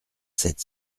sept